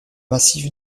massif